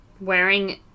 Wearing